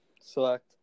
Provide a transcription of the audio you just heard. Select